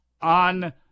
on